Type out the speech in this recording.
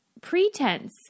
pretense